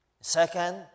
Second